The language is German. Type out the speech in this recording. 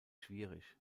schwierig